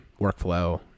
workflow